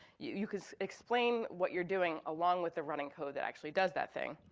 you could explain what you're doing along with the running code that actually does that thing.